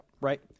Right